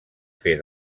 fer